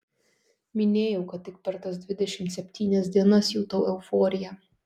minėjau kad tik per tas dvidešimt septynias dienas jutau euforiją